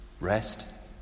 Rest